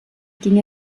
ging